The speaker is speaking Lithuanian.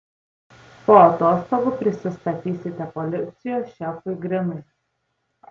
po atostogų prisistatysite policijos šefui grinui